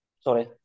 Sorry